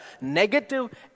negative